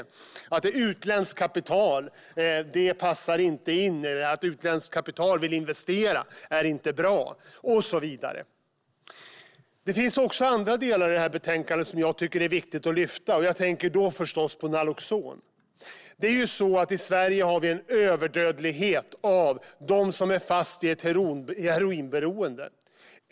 Det talas om att utländskt kapital inte passar in och att det inte är bra att det finns en vilja att investera utländskt kapital och så vidare. Det finns också andra delar i detta betänkande som jag tycker är viktiga att lyfta fram. Jag tänker då förstås på Naloxon. I Sverige har vi en överdödlighet bland dem som är fast i ett heroinberoende.